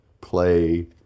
play